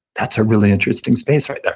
that's a really interesting space right there.